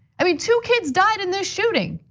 i mean, two kids died in this shooting.